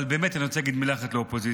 אבל באמת אני רוצה להגיד מילה אחת לאופוזיציה.